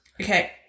Okay